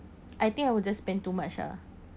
I think I will just spend too much ah